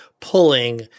pulling